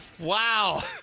Wow